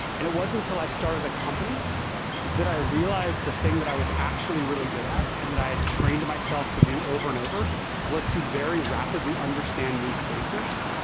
and it wasn't until i started a company that i realized the thing that i was actually really good at and that i had trained myself to do over and over was to very rapidly understand new spaces,